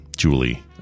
Julie